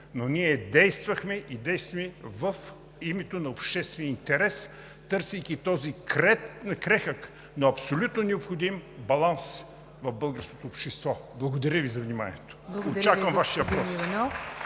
Но ние действахме и действаме в името на обществения интерес, търсейки този крехък, но абсолютно необходим баланс в българското общество. Благодаря Ви за вниманието. Очаквам Вашите въпроси.